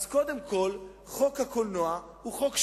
אז קודם כול, חוק הקולנוע הוא חוק שלנו,